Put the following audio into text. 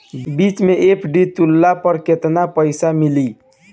बीच मे एफ.डी तुड़ला पर केतना पईसा मिली?